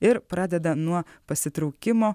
ir pradeda nuo pasitraukimo